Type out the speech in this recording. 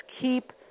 keep